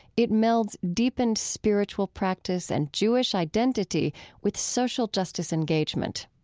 it melds deepened spiritual practice and jewish identity with social justice engagement.